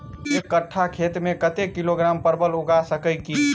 एक कट्ठा खेत मे कत्ते किलोग्राम परवल उगा सकय की??